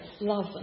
love